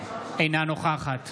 אינה נוכחת